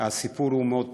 הסיפור הוא מאוד פשוט: